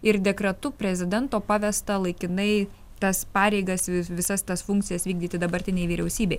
ir dekretu prezidento pavesta laikinai tas pareigas visas tas funkcijas vykdyti dabartinei vyriausybei